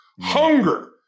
Hunger